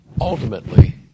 ultimately